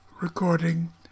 recording